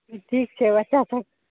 तऽ ठीक छै रखौँ तब